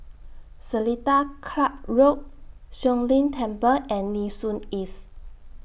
Seletar Club Road Siong Lim Temple and Nee Soon East